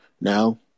now